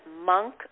monk